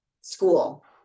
school